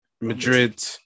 Madrid